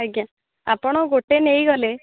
ଆଜ୍ଞା ଆପଣ ଗୋଟେ ନେଇଗଲେ